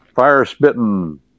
fire-spitting